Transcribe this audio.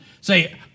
say